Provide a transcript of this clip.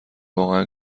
واقعا